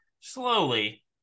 slowly